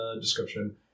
description